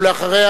אחריה,